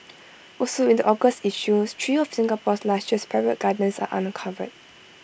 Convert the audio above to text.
also in the August issue three of Singapore's lushest private gardens are uncovered